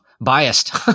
biased